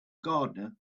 gardener